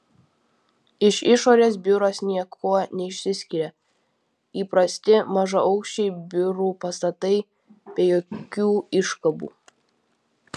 iš išorės biuras niekuo neišsiskiria įprasti mažaaukščiai biurų pastatai be jokių iškabų